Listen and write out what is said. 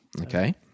okay